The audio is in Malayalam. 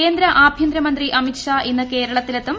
കേന്ദ്ര ആഭ്യന്തര മന്ത്രി അമിത്ഷാ ഇന്ന് കേരളത്തിലെത്തും